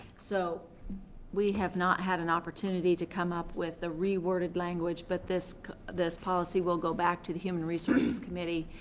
so we have not had an opportunity to come up with the reworded language, but this this policy will go back to the human resources committee,